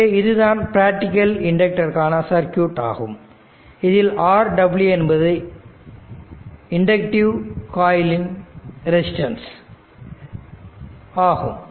எனவே இதுதான் பிராக்டிகல் இண்டக்டர்காண சர்க்யூட் ஆகும் இதில் R w என்பது இண்டக்டிவ் காயில்ன் ரெசிஸ்டன்ஸ் ஆகும்